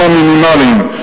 גם המינימליים,